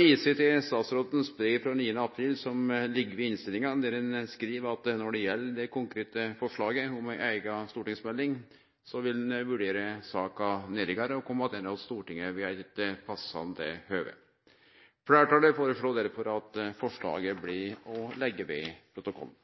viser eg til statsråden sitt brev frå 9. april, som ligg ved innstillinga, der han skriv: «Når det gjeld det konkrete forslaget om ei eiga stortingsmelding, vil eg vurdere saka nærare og kome tilbake til Stortinget ved eit passande høve.» Fleirtalet føreslår derfor at forslaget blir lagt ved protokollen.